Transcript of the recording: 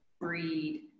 breed